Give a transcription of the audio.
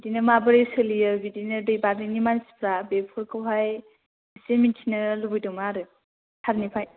बिदिनो माबोरै सोलियो बिदिनो दै बारहैनाय मानसिफ्रा बेफोरखौहाय एसे मोनथिनो लुबैदों आरो सारनिफ्राय